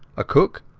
a cook,